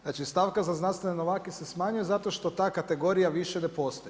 Znači stavka za znanstvene novake se smanjuje zato što ta kategorija više ne postoji.